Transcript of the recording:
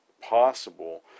possible